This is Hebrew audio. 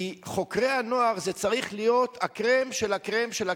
כי חוקרי הנוער צריכים להיות הקרם של הקרם של הקרם,